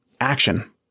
action